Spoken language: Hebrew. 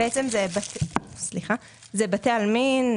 זה בתי עלמין,